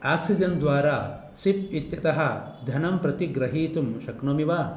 oxygen द्वारा SIP इत्यतः धनं प्रतिगृहीतुं शक्नोमि वा